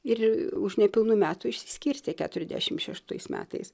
ir už nepilnų metų išsiskirstė keturiasdešimt šeštais metais